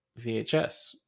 vhs